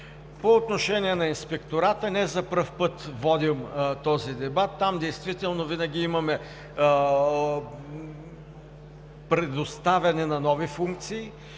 По отношение на Инспектората не за пръв път водим този дебат. Там действително винаги имаме предоставяне на нови функции